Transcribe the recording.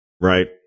Right